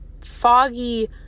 foggy